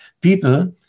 people